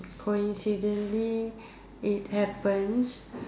coincidentally it happens